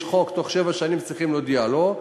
חוק ובתוך שבע שנים צריכים להודיע לו,